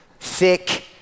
thick